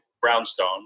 brownstone